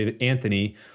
Anthony